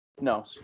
No